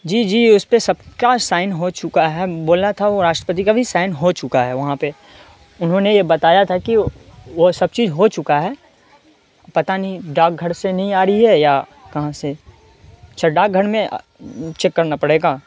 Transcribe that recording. جی جی اس پہ سب کا سائن ہو چکا ہے بولنا تھا وہ راشٹرپتی کا بھی سائن ہو چکا ہے وہاں پہ انہوں نے یہ بتایا تھا کہ وہ سب چیز ہو چکا ہے پتہ نہیں ڈاک گھر سے نہیں آ رہی ہے یا کہاں سے اچّھا ڈاک گھر میں چیک کرنا پڑے گا